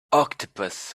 octopus